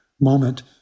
moment